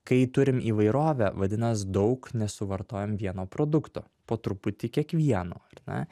kai turim įvairovę vadinas daug nesuvartojam vieno produkto po truputį kiekvieno ar ne